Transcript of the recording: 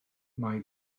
mae